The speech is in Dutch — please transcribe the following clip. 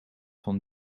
van